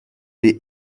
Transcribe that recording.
est